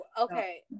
okay